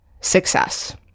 success